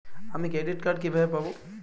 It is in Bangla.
আমি ক্রেডিট কার্ড কিভাবে পাবো?